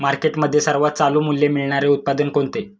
मार्केटमध्ये सर्वात चालू मूल्य मिळणारे उत्पादन कोणते?